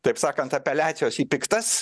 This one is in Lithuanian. taip sakant apeliacijos į piktas